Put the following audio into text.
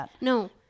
No